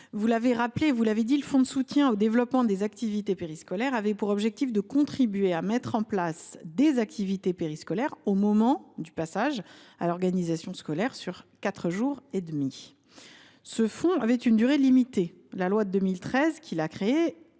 vous l’avez rappelé, le fonds de soutien au développement des activités périscolaires avait pour objectif de contribuer à mettre en place des activités périscolaires lors du passage à une organisation scolaire sur quatre jours et demi. Ce fonds avait une durée limitée : la loi de 2013, qui l’a créé,